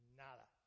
nada